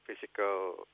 physical